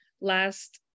last